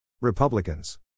Republicans